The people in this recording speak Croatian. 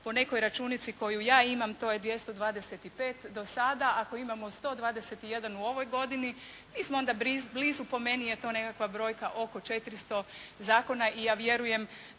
po nekoj računici koju ja imam to je 225 do sada, ako imamo 121 u ovoj godini mi smo onda blizu, po meni to nekakva brojka oko 400 zakona i ja vjerujem